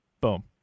boom